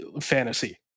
fantasy